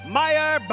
Meyer